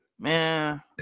Man